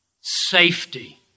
safety